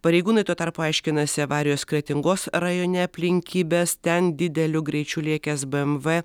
pareigūnai tuo tarpu aiškinasi avarijos kretingos rajone aplinkybes ten dideliu greičiu lėkęs bmw